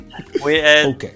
Okay